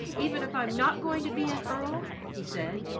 even if i'm not going to be an earl? he said.